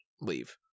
leave